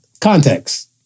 context